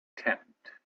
tent